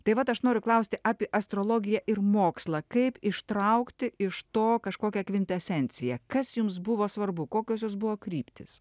tai vat aš noriu klausti apie astrologiją ir mokslą kaip ištraukti iš to kažkokią kvintesenciją kas jums buvo svarbu kokios jos buvo kryptys